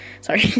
sorry